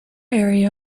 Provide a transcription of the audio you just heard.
area